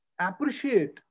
appreciate